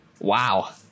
wow